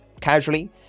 casually